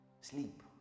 Sleep